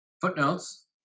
footnotes